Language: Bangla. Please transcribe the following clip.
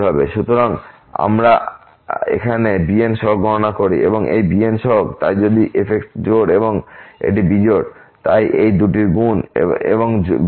সুতরাং যখন আমরা এখানে bn সহগ গণনা করি এই bn সহগ তাই যদি এই fx জোড় এবং এটি বিজোড় তাই এই দুটির গুণ এবং বিজোড়